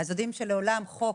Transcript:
יודעים שלעולם חוק